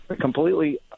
completely